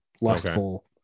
lustful